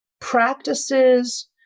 practices